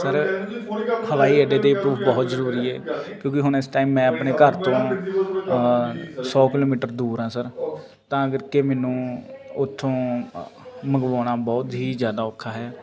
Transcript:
sir ਹਵਾਈ ਅੱਡੇ 'ਤੇ ਪਰੂਫ ਬਹੁਤ ਜ਼ਰੂਰੀ ਹੈ ਕਿਉਂਕਿ ਹੁਣ ਇਸ ਟਾਈਮ ਮੈਂ ਆਪਣੇ ਘਰ ਤੋਂ ਸੌ ਕਿਲੋਮੀਟਰ ਦੂਰ ਹਾਂ ਸਰ ਤਾਂ ਕਰਕੇ ਮੈਨੂੰ ਉੱਥੋਂ ਮੰਗਵਾਉਣਾ ਬਹੁਤ ਹੀ ਜ਼ਿਆਦਾ ਔਖਾ ਹੈ